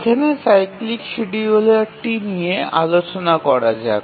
এখন cyclic scheduler নিয়ে আলোচনা করা যাক